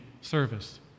service